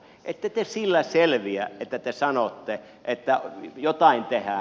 ette te sillä selviä että te sanotte että jotain tehdään